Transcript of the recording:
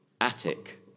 attic